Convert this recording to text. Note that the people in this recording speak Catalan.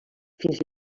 fins